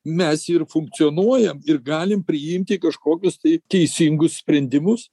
mes ir funkcionuojam ir galim priimti kažkokius tai teisingus sprendimus